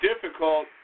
difficult